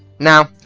now,